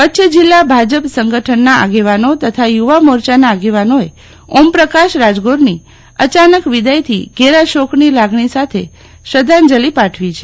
કચ્છ જીલ્લા ભાજપ સંગઠનના આગેવાનો તથા યુવા મોરચાના આગેવાનોએ ઓમપ્રકાશ રાજગોરની અચાનક વિદાયથી ઘેર શોકની લાગણી સાથે શ્રદ્ધાંજલિ પાઠવી છે